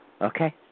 Okay